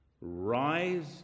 Rise